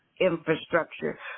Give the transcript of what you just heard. infrastructure